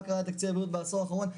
מה קרה לתקציב הבריאות בעשור האחרון,